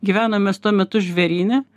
gyvenom mes tuo metu žvėryne